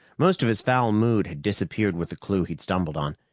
most of his foul mood had disappeared with the clue he'd stumbled on,